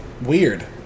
Weird